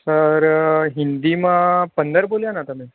sir હિન્દીમાં પંદર બોલ્યાને તમે